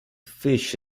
fish